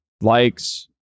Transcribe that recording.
Likes